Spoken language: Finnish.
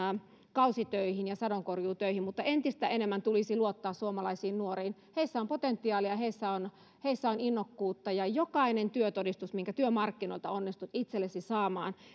kausitöihin ja sadonkorjuutöihin mutta entistä enemmän tulisi luottaa suomalaisiin nuoriin heissä on potentiaalia heissä on heissä on innokkuutta ja jokainen työtodistus minkä työmarkkinoilta onnistut itsellesi saamaan